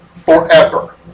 forever